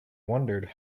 wondered